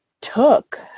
took